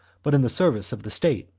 but in the service of the state.